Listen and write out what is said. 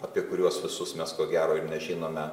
apie kuriuos visus mes ko gero ir nežinome